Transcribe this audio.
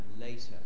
later